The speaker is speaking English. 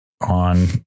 on